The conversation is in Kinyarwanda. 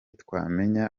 twamenya